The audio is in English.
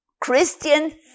Christian